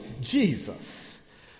Jesus